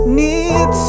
need